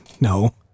No